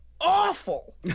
awful